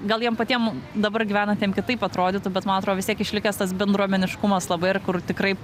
gal jiem patiem dabar gyvenantiem kitaip atrodytų bet man atro vis tiek išlikęs tas bendruomeniškumas labai ir kur tikrai